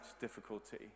difficulty